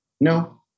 No